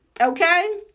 okay